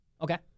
Okay